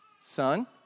son